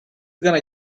gonna